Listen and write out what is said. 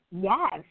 Yes